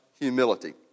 humility